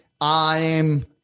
I'm-